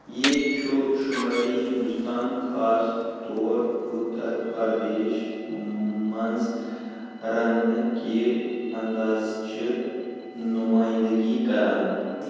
یہِ چھُ شمٲلی ہندوستان خاص طور اُتر پردیش منٛز رنٛنہٕ کہِ انٛدازٕچہِ نمٲینٛدگی کران